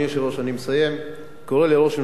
קורא לראש ממשלה,